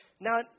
now